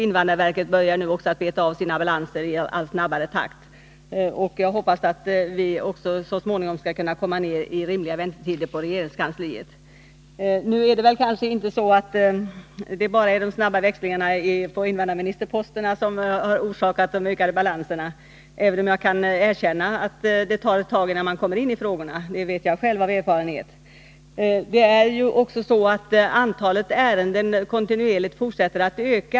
Invandrarverket börjar nu också beta av sina balanser i allt snabbare takt. Jag hoppas att vi så småningom skall kunna komma ner i rimliga väntetider också på regeringskansliet. Det kanske inte bara är de snabba växlingarna på invandrarministerposten som har orsakat de ökade balanserna, även om jag kan erkänna att det tar ett tag innan man kommer in i frågorna. Det vet jag själv av erfarenhet. Det är också så att antalet ärenden kontinuerligt fortsätter att öka.